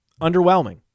underwhelming